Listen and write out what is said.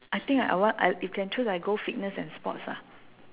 I think I want I if can choose I go fitness and sports ah